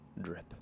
drip